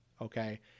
Okay